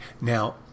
Now